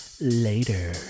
Later